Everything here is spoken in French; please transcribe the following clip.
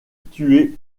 tuer